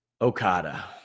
Okada